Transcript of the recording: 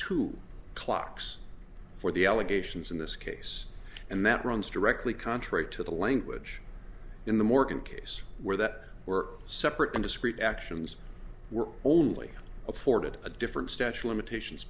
two clocks for the allegations in this case and that runs directly contrary to the language in the morgan case where that were separate and discrete actions were only afforded a different statue limitations